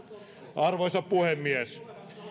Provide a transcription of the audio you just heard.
arvoisa puhemies